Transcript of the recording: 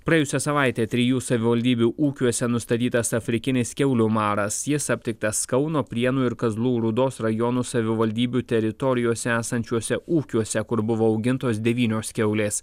praėjusią savaitę trijų savivaldybių ūkiuose nustatytas afrikinis kiaulių maras jis aptiktas kauno prienų ir kazlų rūdos rajonų savivaldybių teritorijose esančiuose ūkiuose kur buvo augintos devynios kiaulės